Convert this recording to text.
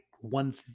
one